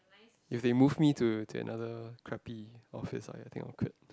if they move me to to another crappy office I I think I will quit